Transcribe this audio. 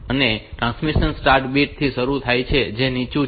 અને transmission start bit થી શરૂ થાય છે જે નીચું છે